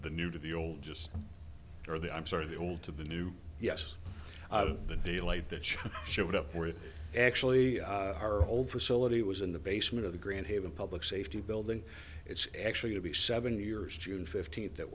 the new to the old just or the i'm sorry the old to the new yes the daylight the charm showed up for it actually our old facility was in the basement of the grand haven public safety building it's actually to be seven years june fifteenth that